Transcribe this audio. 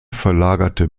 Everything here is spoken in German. verlagerte